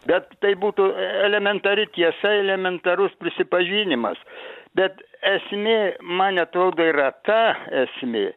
bet tai būtų elementari tiesa elementarus prisipažinimas bet esmė man atrodo yra ta esmė